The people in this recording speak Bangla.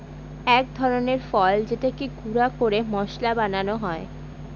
এক ধরনের ফল যেটাকে গুঁড়া করে মশলা বানানো হয়